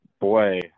Boy